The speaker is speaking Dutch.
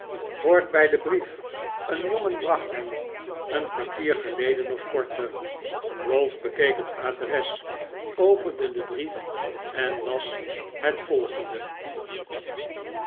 bij den brief een jongen bracht hem een kwartier geleden of korter ralph bekeek het adres opende den brief en las het volgende